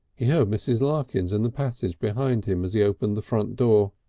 he heard mrs. larkins in the passage behind him as he opened the front door.